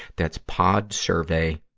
that's podsurvey.